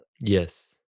Yes